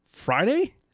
friday